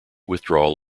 withdrawal